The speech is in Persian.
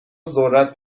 ذرت